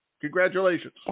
Congratulations